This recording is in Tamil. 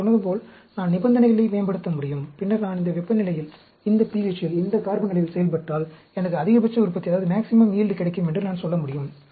நான் சொன்னது போல் நான் நிபந்தனைகளை மேம்படுத்த முடியும் பின்னர் நான் இந்த வெப்பநிலையில் இந்த pH இல் இந்த கார்பன் அளவில் செயல்பட்டால் எனக்கு அதிகபட்ச உற்பத்தி கிடைக்கும் என்று நான் சொல்ல முடியும்